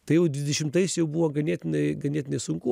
tai jau dvidešimtais jau buvo ganėtinai ganėtinai sunku